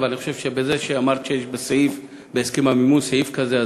אבל אני חושב שבזה שאמרת שיש בהסכם המימון סעיף כזה,